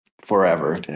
forever